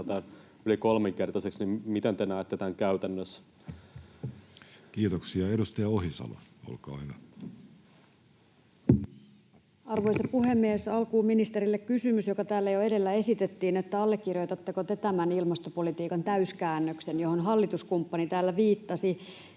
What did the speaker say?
lisätään yli kolminkertaiseksi, niin miten te näette tämän käytännössä? Kiitoksia. — Edustaja Ohisalo, olkaa hyvä. Arvoisa puhemies! Alkuun ministerille kysymys, joka täällä jo edellä esitettiin: allekirjoitatteko te tämän ilmastopolitiikan täyskäännöksen, johon hallituskumppani täällä viittasi?